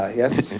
ah yes?